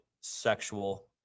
sexual